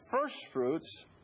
firstfruits